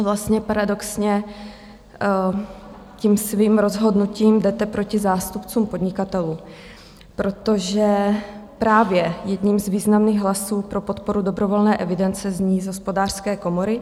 Vlastně paradoxně tím svým rozhodnutím jdete proti zástupcům podnikatelů, protože právě jeden z významných hlasů pro podporu dobrovolné evidence zní z Hospodářské komory.